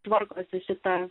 tvarkosi per